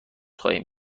خواهیم